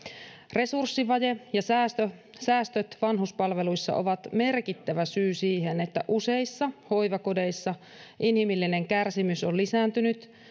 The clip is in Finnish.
resurssivaje ja säästöt vanhuspalveluissa ovat merkittävä syy siihen että useissa hoivakodeissa inhimillinen kärsimys on lisääntynyt